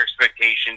expectations